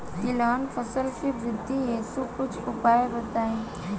तिलहन फसल के वृद्धि हेतु कुछ उपाय बताई?